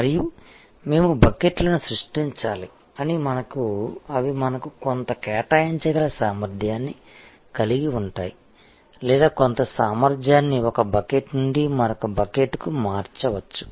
మరియు మేము బకెట్లను సృష్టించాలి అవి మనకు కొంత కేటాయించగల సామర్థ్యాన్ని కలిగి ఉంటాయి లేదా కొంత సామర్థ్యాన్ని ఒక బకెట్ నుండి మరొక బకెట్కు మార్చవచ్చు